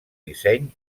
disseny